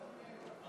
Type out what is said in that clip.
אז